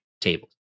tables